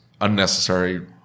unnecessary